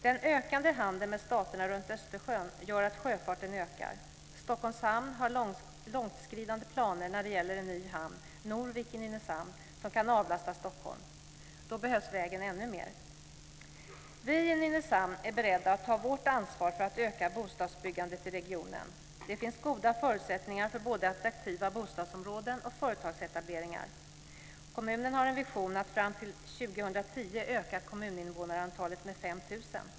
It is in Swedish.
Den ökande handeln med staterna runt Östersjön gör att sjöfarten ökar. Stockholms hamn har långtskridande planer på en ny hamn, Norvik i Nynäshamn, som kan avlasta Stockholm. Då behövs vägen ännu mer. Vi i Nynäshamn är beredda att ta vårt ansvar för att öka bostadsbyggandet i regionen. Det finns goda förutsättningar för både attraktiva bostadsområden och företagsetableringar. Kommunen har en vision att fram till 2010 öka kommuninvånarantalet med 5 000.